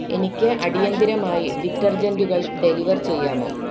എനിക്ക് അടിയന്തിരമായി ഡിറ്റർജെൻറ്റുകൾ ഡെലിവർ ചെയ്യാമോ